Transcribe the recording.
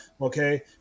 Okay